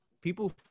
people